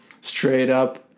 straight-up